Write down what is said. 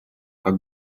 как